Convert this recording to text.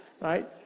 right